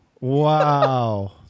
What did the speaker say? wow